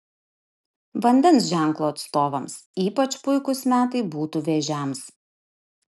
vandens ženklo atstovams ypač puikūs metai būtų vėžiams